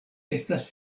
estas